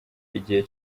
igihe